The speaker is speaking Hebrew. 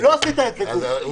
לא עשית את זה, גור.